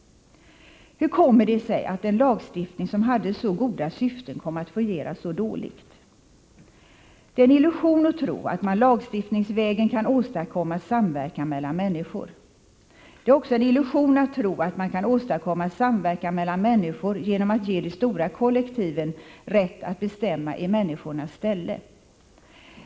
Hur kommer det sig att en lagstiftning som hade så goda syften kom att fungera så dåligt? Det är en illusion att man lagstiftningsvägen kan åstadkomma samverkan mellan människor. Det är också en illusion att man kan åstadkomma samverkan mellan människor genom att ge de stora kollektiven rätt att bestämma i människornas ställe.